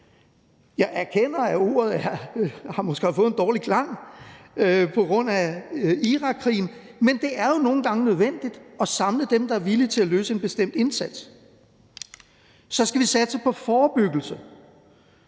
Jeg erkender, at ordet måske har fået en dårlig klang på grund af Irakkrigen, men det er jo nogle gange nødvendigt at samle dem, der er villige til at løse en bestemt indsats. Kl. 19:25 Så skal vi satse på forebyggelse